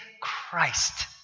Christ